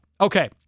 Okay